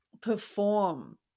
perform